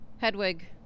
Hedwig